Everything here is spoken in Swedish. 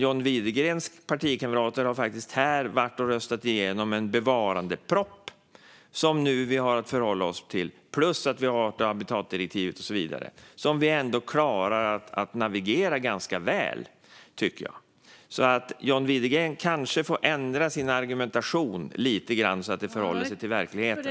John Widegrens partikamrater har faktiskt här röstat igenom en bevarandeproposition som vi nu har att förhålla oss till, plus att vi har art och habitatdirektivet och så vidare, och vi klarar ändå att navigera det hela ganska väl. John Widegren kanske får ändra sin argumentation lite så att den förhåller sig till verkligheten.